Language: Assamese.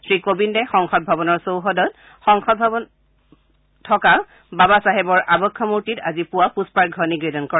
শ্ৰীকোবিন্দে সংসদ ভৱনৰ চৌহদত থকা বাবা চাহেবৰ আৱক্ষ মূৰ্তিত আজি পুৱা পুষ্পাৰ্য্য নিবেদন কৰে